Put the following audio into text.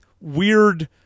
weird